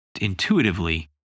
intuitively